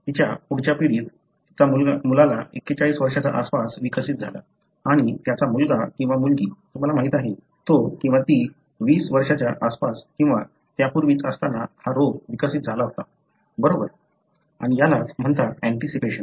तिच्या पुढच्या पिढीत तिचा मुलला 41 वर्षांच्या आसपास विकसित झाला आणि त्याचा मुलगा किंवा मुलगी तुम्हाला माहिती आहे तो किंवा ती 20 वर्षांच्या आसपास किंवा त्यापूर्वीची असताना हा रोग विकसित झाला होता बरोबर आणि यालाच म्हणतात ऍंटीसिपेशन